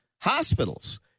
hospitals